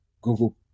Google